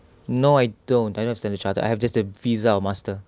no I don't I don't have Standard Chartered I have just the visa or master